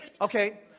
Okay